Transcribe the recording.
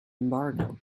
embargo